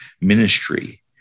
ministry